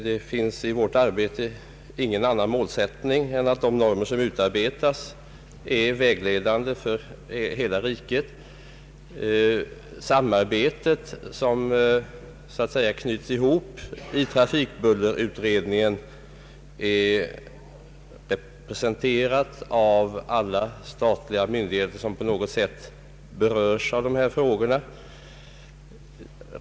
Det finns i vårt arbete ingen annan målsättning än att de normer som utarbetas skall vara vägledande för hela riket. I samarbetet, som så att säga knyts ihop i trafikbullerutredningen, är representerade alla statliga myndigheter som på något sätt berörs av dessa frågor.